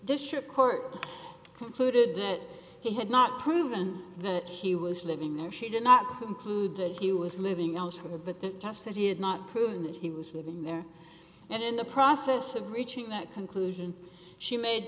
district court concluded that he had not proven that he was living there she did not conclude that he was living elsewhere but that just that he had not proven that he was living there and in the process of reaching that conclusion she made